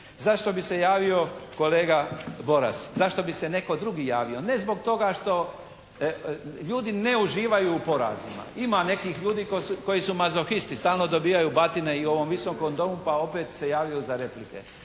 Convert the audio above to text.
Zašto bi se javio kolega Boras? Zašto bi se netko drugi javio? Ne zbog toga što, ljudi ne uživaju u porazima. Ima nekih ljudi koji su mazohisti, stalno dobivaju batine i u ovom Visokom domu pa opet se javljaju za replike.